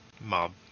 mob